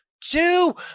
two